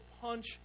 punch